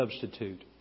substitute